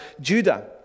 Judah